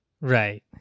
Right